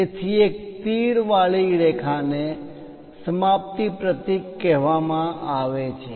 તેથી એક તીર વાળી રેખાને સમાપ્તિ પ્રતીક કહેવામાં આવે છે